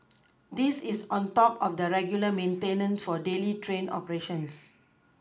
this is on top of the regular maintenance for daily train operations